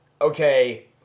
okay